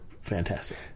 fantastic